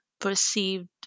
perceived